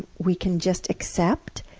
we can just accept.